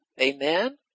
Amen